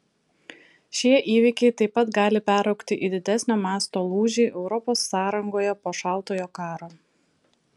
šie įvykiai taip pat gali peraugti į didesnio masto lūžį europos sąrangoje po šaltojo karo